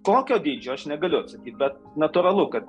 kokio dydžio aš negaliu atsakyti bet natūralu kad